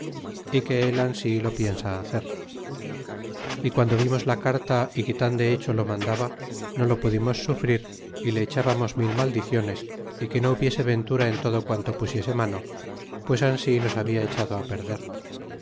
ansi lo piensa hacer y guando vimos la carta y que tan de hecho lo mandaba no lo pudimos sufrir y le echábamos mil maldiciones y que no hubiese ventura en todo quanto pusiese mano pues ansi nos había echado á perder